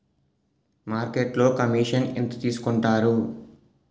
మార్కెట్లో కమిషన్ ఎంత తీసుకొంటారు?